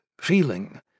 feeling